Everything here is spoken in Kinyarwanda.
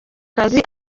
kazi